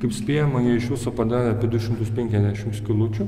kaip spėjama jie iš viso padarė apie du šimtus penkiasdešimt skylučių